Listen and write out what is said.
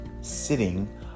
sitting